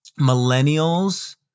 millennials